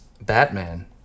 Batman